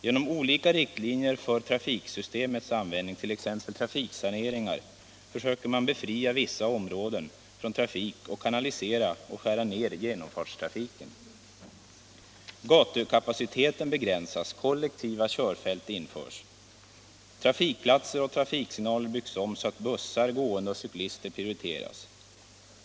Genom olika riktlinjer för trafiksystemets användning, t.ex. trafiksaneringar, försöker man befria vissa områden från trafik och kanalisera och skära ned genomfartstrafiken. Gatukapaciteten begränsas, kollektiva körfält införs. Trafikplatser och trafiksignaler byggs om, så att bussar, gående och cyklister prioriteras.